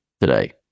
today